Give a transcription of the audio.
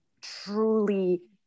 truly